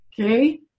okay